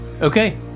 Okay